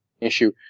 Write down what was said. issue